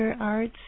arts